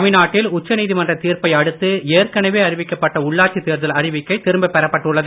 தமிழ்நாட்டில் உச்ச நீதிமன்றத் தீர்ப்ப்பை அடுத்து ஏற்கனவே அறிவிக்கப்பட்ட உள்ளாட்சித் தேர்தல் அறிவிக்கை திரும்பப் பெறப்பட்டுள்ளது